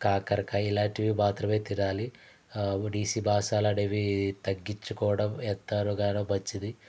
కాకరకాయ ఇలాంటివి మాత్రమే తినాలి ఒడిసి బాసలనేవి తగ్గించుకోవడం ఎంతగానో మంచిది